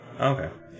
okay